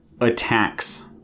attacks